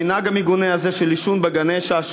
המנהג המגונה הזה של עישון בגני-ילדים,